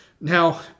Now